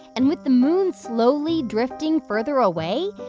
and with the moon slowly drifting further away,